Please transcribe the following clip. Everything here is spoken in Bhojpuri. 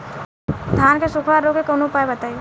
धान के सुखड़ा रोग के कौनोउपाय बताई?